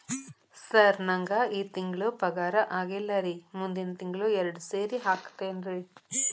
sir ನಂಗ ಈ ತಿಂಗಳು ಪಗಾರ ಆಗಿಲ್ಲಾರಿ ಮುಂದಿನ ತಿಂಗಳು ಎರಡು ಸೇರಿ ಹಾಕತೇನ್ರಿ